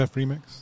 remix